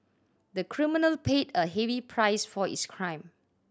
the criminal paid a heavy price for his crime